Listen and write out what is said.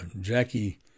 Jackie